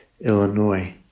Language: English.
Illinois